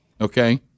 Okay